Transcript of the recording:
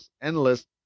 endless